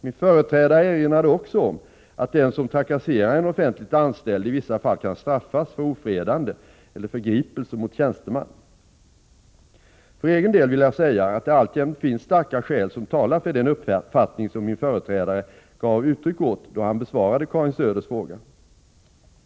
Min företrädare erinrade också om att den som trakasserar en offentligt anställd i vissa fall kan straffas för ofredande eller förgripelse mot tjänsteman. För egen del vill jag säga att det alltjämt finns starka skäl som talar för den uppfattning som min företrädare gav uttryck åt då han besvarade Karin Söders fråga.